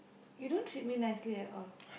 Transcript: you don't treat me nicely at all